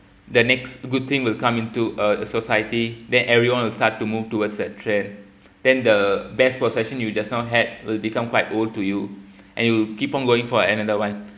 the next good thing will come into a society then everyone will start to move towards that trend than the best possession you just now had will become quite old to you and you will keep on going for another one